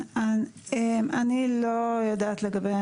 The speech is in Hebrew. אני לא יודעת לגבי